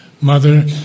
Mother